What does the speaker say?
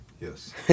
Yes